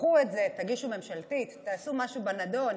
קחו את זה, תגישו ממשלתית, תעשו משהו בנדון.